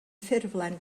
ffurflen